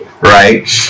right